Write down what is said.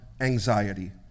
anxiety